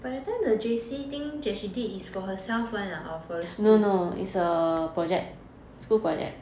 but that time the J_C thing that she did is for herself [one] ah or for the school